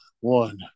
one